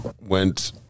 went